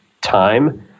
time